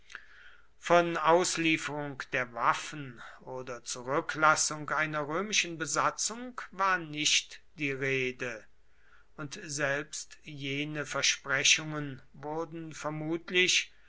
von auslieferung der waffen oder zurücklassung einer römischen besatzung war nicht die rede und selbst jene versprechungen wurden vermutlich